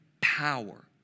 power